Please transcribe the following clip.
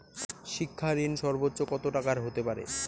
শিক্ষা ঋণ সর্বোচ্চ কত টাকার হতে পারে?